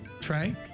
Trey